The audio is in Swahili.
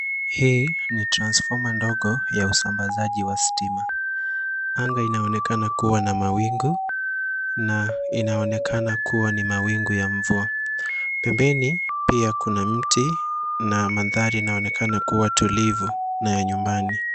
Hii ni transfoma ndogo ya usambazaji wa sitima. Anga inaonekana kuwa na mawingu na inaonekana kuwa ni mawingu ya mvua. Pembeni pia kuna mti na mandhari inaonekana kuwa tulivu na ya nyumbani.